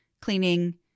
cleaning